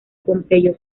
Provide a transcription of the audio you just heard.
pompeyo